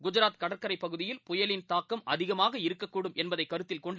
குஜராத் கடற்கரைபகுதியில் புயலின் தாக்கம் அதிகமாக இருகக்ககூடும் என்பதைகருத்தில்கொண்டு